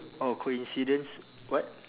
oh coincidence what